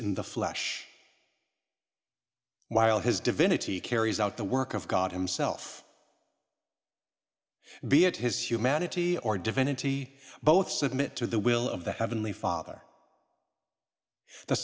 in the flesh while his divinity carries out the work of god himself be it his humanity or divinity both submit to the will of the heavenly father the